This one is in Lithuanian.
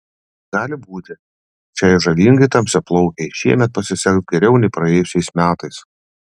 gali būti kad šiai žavingai tamsiaplaukei šiemet pasiseks geriau nei praėjusiais metais